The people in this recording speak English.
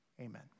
Amen